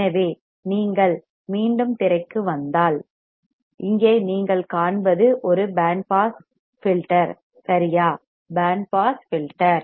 எனவே நீங்கள் மீண்டும் திரைக்கு வந்தால் இங்கே நீங்கள் காண்பது ஒரு பேண்ட் பாஸ் ஃபில்டர் சரியா பேண்ட் பாஸ் ஃபில்டர்